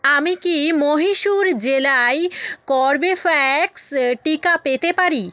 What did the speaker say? আমি কি মহীশূর জেলায় কর্বেভ্যাক্স টিকা পেতে পারি